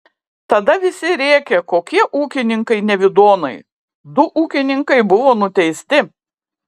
tada visi rėkė kokie ūkininkai nevidonai du ūkininkai buvo nuteisti